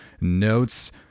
notes